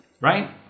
Right